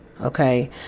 Okay